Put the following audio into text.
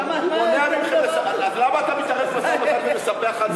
אז למה אתה מתערב במשא-ומתן ומספח חד-צדדית?